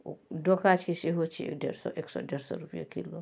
ओ डोका छै सेहो छै एक डेढ़ सओ एक सओ डेढ़ सओ रुपैए किलो